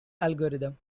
algorithm